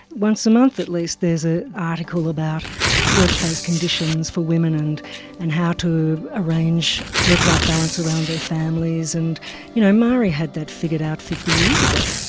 once a month at least there's an ah article about workplace conditions for women and and how to arrange work life balance around their families. and you know marie had that figured out fifty years ago.